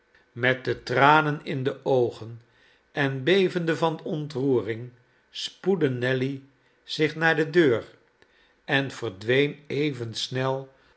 met de tranen in de oogen en bevende van ontroering spoedde nelly zich naar de deur en verdween even snel